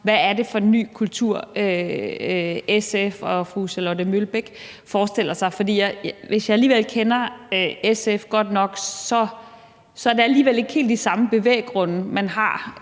hvad det er for en ny kultur, SF og fru Charlotte Broman Mølbæk forestiller sig. For hvis jeg kender SF godt nok, er det alligevel ikke helt de samme bevæggrunde, man har,